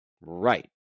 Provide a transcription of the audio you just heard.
right